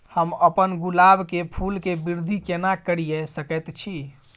हम अपन गुलाब के फूल के वृद्धि केना करिये सकेत छी?